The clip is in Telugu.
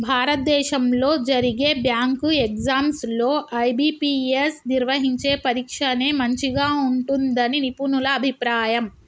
భారతదేశంలో జరిగే బ్యాంకు ఎగ్జామ్స్ లో ఐ.బీ.పీ.ఎస్ నిర్వహించే పరీక్షనే మంచిగా ఉంటుందని నిపుణుల అభిప్రాయం